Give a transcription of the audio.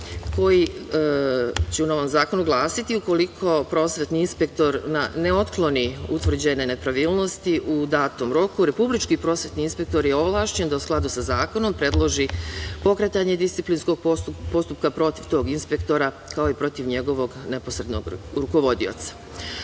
koji će u novom zakonu glasiti: „Ukoliko prosvetni inspektor ne otkloni utvrđene nepravilnosti u datom roku, republički prosvetni inspektor je ovlašćen da, u skladu sa zakonom, predloži pokretanje disciplinskog postupka protiv tog inspektora, kao i protiv njegovog neposrednog rukovodioca“